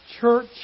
church